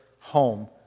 home